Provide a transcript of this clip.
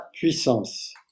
puissance